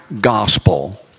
gospel